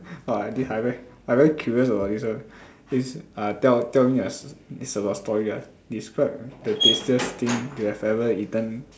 !wah! I very curious about this one it's uh tell tell me a st~ it's about story ah describe the tastiest thing you have ever eaten